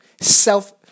self